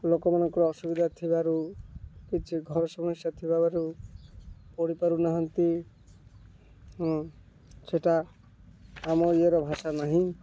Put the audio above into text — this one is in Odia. ଲୋକମାନଙ୍କର ଅସୁବିଧା ଥିବାରୁ କିଛି ଘର ସମସ୍ୟା ଥିବାରୁ ପଢ଼ି ପାରୁନାହାନ୍ତି ସେଇଟା ଆମ ଇଏର ଭାଷା ନାହିଁ